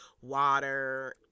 water